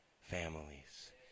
families